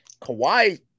Kawhi